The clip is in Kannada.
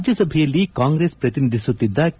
ರಾಜ್ಯಸಭೆಯಲ್ಲಿ ಕಾಂಗ್ರೆಸ್ ಪ್ರತಿನಿಧಿಸುತ್ತಿದ್ದ ಕೆ